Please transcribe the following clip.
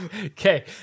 Okay